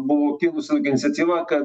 buvo kilusi irgi iniciatyva kad